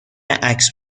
عکس